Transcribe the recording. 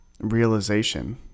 realization